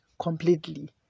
completely